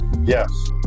yes